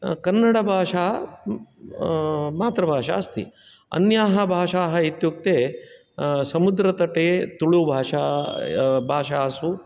कन्नडभाषा मातृभाषा अस्ति अन्याः भाषाः इत्युक्ते समुद्रतटे तुलुभाषा भाषासु